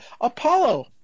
Apollo